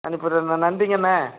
அனுப்பி விடறேன் நான் நன்றிங்கண்ணே